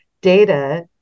data